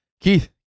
Keith